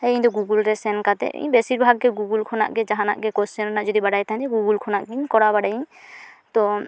ᱤᱧᱫᱚ ᱜᱩᱜᱩᱞ ᱨᱮ ᱥᱮᱱ ᱠᱟᱛᱮᱫ ᱵᱮᱥᱤᱨ ᱵᱷᱟᱜᱽ ᱜᱮ ᱜᱩᱜᱩᱞ ᱠᱷᱚᱱᱟᱜ ᱜᱮ ᱡᱟᱦᱟᱱᱟᱜ ᱜᱮ ᱠᱚᱥᱪᱥᱮᱱ ᱨᱮᱱᱟᱜ ᱡᱩᱫᱤ ᱵᱟᱰᱟᱭ ᱛᱟᱦᱮᱱ ᱛᱤᱧᱟᱹ ᱜᱩᱜᱩᱞ ᱠᱷᱚᱱᱟᱜ ᱜᱮᱧ ᱠᱚᱨᱟᱣ ᱵᱟᱲᱟᱭᱟᱹᱧ ᱛᱳ